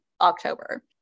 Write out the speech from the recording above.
October